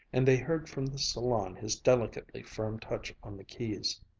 and they heard from the salon his delicately firm touch on the keys.